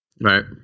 Right